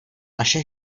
naše